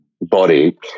body